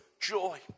joy